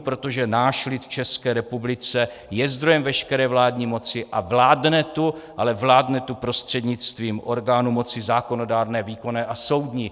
Protože náš lid v České republice je zdrojem veškeré vládní moci a vládne tu, ale vládne tu prostřednictvím orgánů moci zákonodárné, výkonné a soudní.